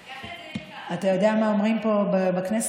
אתה יודע מה אומרים פה בכנסת